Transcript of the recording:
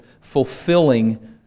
fulfilling